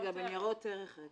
להסתכל על ניירות ערך.